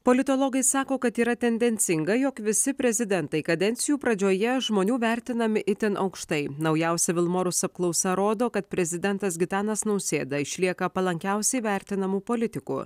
politologai sako kad yra tendencinga jog visi prezidentai kadencijų pradžioje žmonių vertinami itin aukštai naujausia vilmorus apklausa rodo kad prezidentas gitanas nausėda išlieka palankiausiai vertinamų politikų